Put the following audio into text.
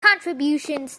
contributions